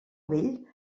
vell